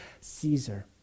Caesar